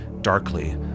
Darkly